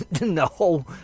No